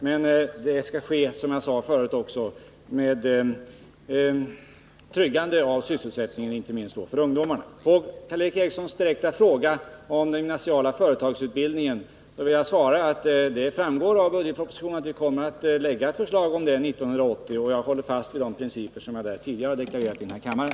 Men det skall, som jag tidigare sade, ske med tryggande av sysselsättningen, inte minst för ungdomarna. På Karl Erik Erikssons direkta fråga om den gymnasiala företagsutbild ningen vill jag svara, att det framgår av budgetpropositionen att vi kommer att lägga fram ett förslag därom under 1980. Och jag håller fast vid de principer därvidlag som jag tidigare har deklarerat i den här kammaren.